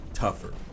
Tougher